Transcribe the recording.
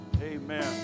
amen